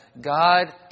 God